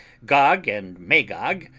gog and magog,